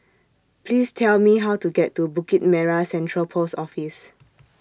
Please Tell Me How to get to Bukit Merah Central Post Office